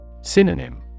Synonym